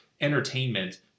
entertainment